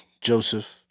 Joseph